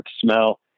smell